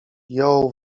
jął